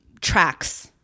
tracks